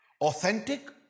authentic